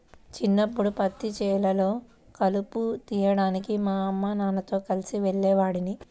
చిన్నప్పడు పత్తి చేలల్లో కలుపు తీయడానికి మా అమ్మానాన్నలతో కలిసి వెళ్ళేవాడిని